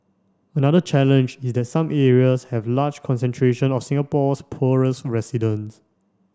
another challenge is that some areas have large concentration of Singapore's poorest resident